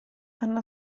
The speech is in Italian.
hanno